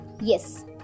Yes